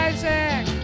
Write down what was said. Isaac